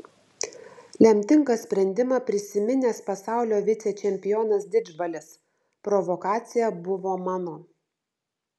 lemtingą sprendimą prisiminęs pasaulio vicečempionas didžbalis provokacija buvo mano